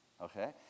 Okay